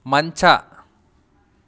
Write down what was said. ಮಂಚ